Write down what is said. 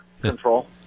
control